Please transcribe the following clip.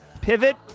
pivot